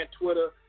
Twitter